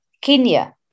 Kenya